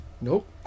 Nope